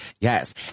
Yes